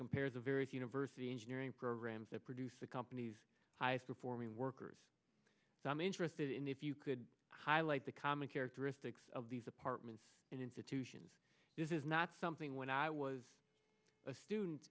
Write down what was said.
compares the various university engineering programs that produce the company's highest performing workers i'm interested in if you could highlight the common characteristics of these apartments and institutions this is not something when i was a student